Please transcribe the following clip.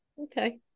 Okay